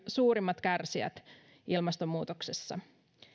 suurimmat kärsijät ilmastonmuutoksessa